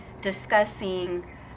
discussing